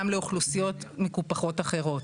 גם לאוכלוסיות מקופחות אחרות.